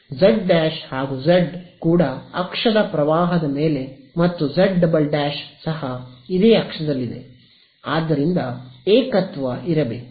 Z ಹಾಗೂ z ಕೂಡ ಅಕ್ಷದ ಪ್ರವಾಹದ ಮೇಲೆ ಮತ್ತು z " ಸಹ ಇದೇ ಅಕ್ಷದಲ್ಲಿದೆ ಆದ್ದರಿಂದ ಏಕತ್ವ ಇರಬೇಕು